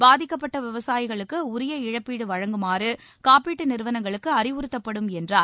பாதிக்கப்பட்ட விவசாயிகளுக்கு உரிய இழப்பீடு வழங்குமாறு காப்பீட்டு நிறுவனங்களுக்கு அறிவுறுத்தப்படும் என்றார்